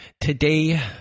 today